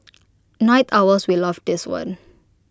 night owls will love this one